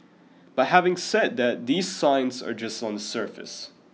but having said that these signs are just on the surface